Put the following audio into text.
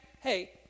hey